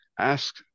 Ask